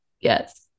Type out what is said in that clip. Yes